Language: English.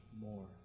more